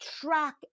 track